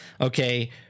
okay